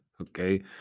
okay